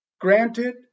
Granted